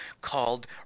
called